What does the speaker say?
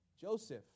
Joseph